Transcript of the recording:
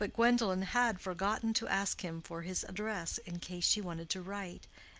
but gwendolen had forgotten to ask him for his address in case she wanted to write,